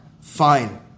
Fine